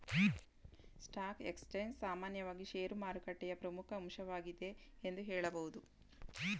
stock exchange ಸಾಮಾನ್ಯವಾಗಿ ಶೇರುಮಾರುಕಟ್ಟೆಯ ಪ್ರಮುಖ ಅಂಶವಾಗಿದೆ ಎಂದು ಹೇಳಬಹುದು